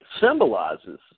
symbolizes